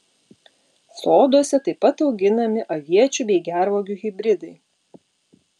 soduose taip pat auginami aviečių bei gervuogių hibridai